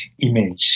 image